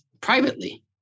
privately